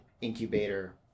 incubator